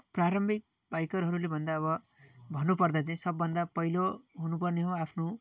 प्रारम्भिक बाइकरहरूले भन्दा अब भन्नुपर्दा चाहिँ सबभन्दा पहिलो हुनुपर्ने हो आफ्नो